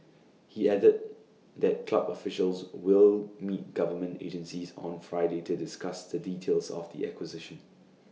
he added that club officials will meet government agencies on Friday to discuss the details of the acquisition